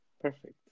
Perfect